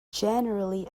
generally